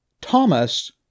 Thomas